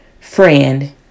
friend